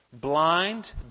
blind